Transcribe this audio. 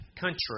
country